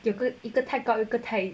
有的一个太高一个太